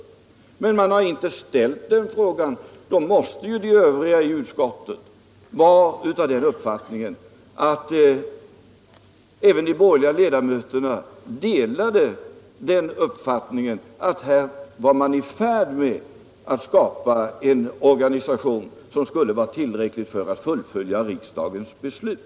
Men den frågan har inte ställts, och då måste de övriga ledamöterna av utskottet ha fått intrycket att även de borgerliga ledamöterna delade uppfattningen att man här var i färd med att skapa en organisation som blir tillräcklig för att fullfölja riksdagens beslut.